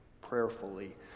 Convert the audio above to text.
prayerfully